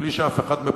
מבלי שאף אחד,